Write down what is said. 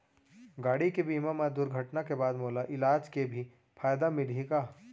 गाड़ी के बीमा मा दुर्घटना के बाद मोला इलाज के भी फायदा मिलही का?